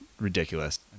ridiculous